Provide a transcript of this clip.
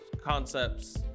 concepts